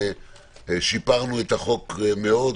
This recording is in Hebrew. שיפרנו את החוק מאוד,